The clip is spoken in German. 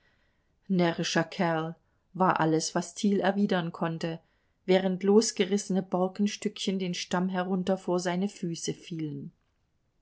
närrischer kerl war alles was thiel erwidern konnte während losgerissene borkenstückchen den stamm herunter vor seine füße fielen